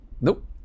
Nope